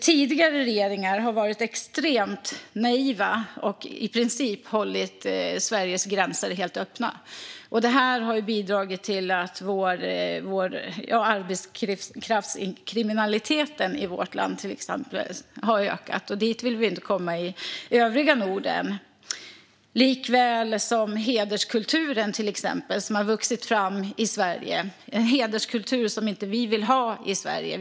Tidigare regeringar har varit extremt naiva och i princip hållit Sveriges gränser helt öppna. Det har bidragit till att arbetskraftskriminaliteten, till exempel, i vårt land har ökat. Dit vill vi inte att övriga Norden ska komma. Det gäller också hederskulturen, som har vuxit fram i Sverige - en hederskultur som vi inte vill ha i vårt land.